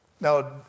Now